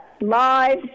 live